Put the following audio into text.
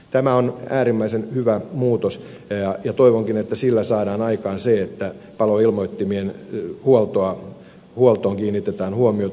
tämä on äärimmäisen hyvä muutos ja toivonkin että sillä saadaan aikaan se että paloilmoittimien huoltoon kiinnitetään huomiota